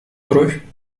кровь